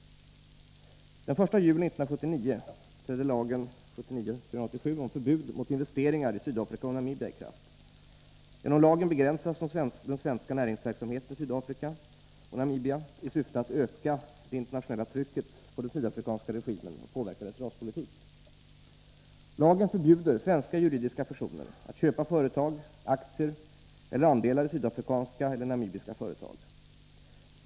Den 1 juli 1979 trädde lagen om förbud mot investeringar i Sydafrika och Namibia i kraft. Genom lagen begränsas den svenska näringsverksamheten i Sydafrika och Namibia i syfte att öka det internationella trycket på den sydafrikanska regimen och påverka dess raspolitik. Lagen förbjuder svenska juridiska personer att köpa företag, aktier eller andelar i sydafrikanska eller namibiska företag.